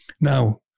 Now